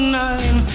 nine